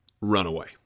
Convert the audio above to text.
Runaway